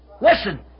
Listen